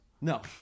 No